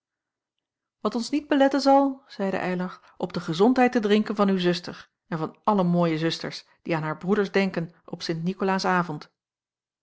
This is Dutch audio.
wat ons niet beletten zal zeide eylar op de gezondheid te drinken van uw zuster en van alle mooie zusters die aan haar broeders denken op